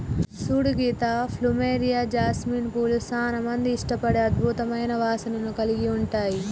సూడు Sita plumeria, jasmine పూలు సానా మంది ఇష్టపడే అద్భుతమైన వాసనను కలిగి ఉంటాయి